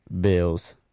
Bills